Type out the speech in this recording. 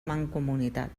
mancomunitat